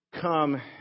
come